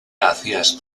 hacías